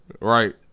Right